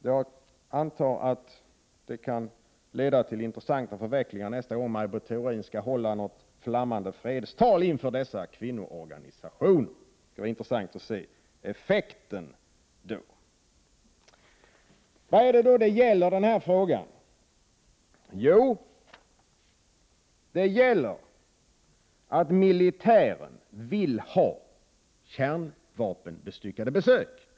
Jag antar att detta kan leda till intressanta förvecklingar nästa gång Maj Britt Theorin skall hålla något flammande fredstal inför dessa kvinnoorganisationer. Det skall bli intressant att se vilka effekter detta får. Vad gäller då denna fråga? Jo, den gäller att militären vill ha besök av kärnvapenbestyckade fartyg.